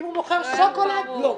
אם הוא מוכר שוקולד לא.